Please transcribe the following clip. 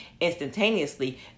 instantaneously